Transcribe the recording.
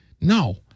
No